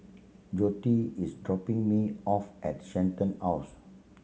Joette is dropping me off at Shenton House